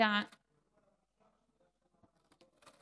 מדברים על המוכש"ר.